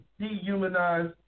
dehumanized